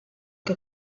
que